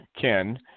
Ken